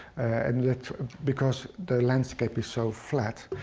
and yet because the landscape is so flat,